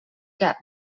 que